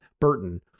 Burton